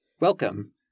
Welcome